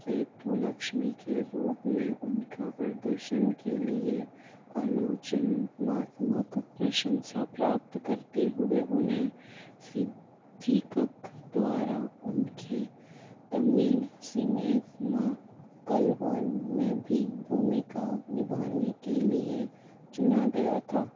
सेतुलक्ष्मी के रूप में उनका प्रदर्शन के लिए अलोचनमात्मक प्रशंसा प्राप्त करते हुए उन्हें सिद्धीकक द्वारा उनके तमिल सिमेग्मा कलवन में भी भूमिका निभाने के लिए चुना गया था